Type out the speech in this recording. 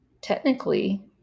technically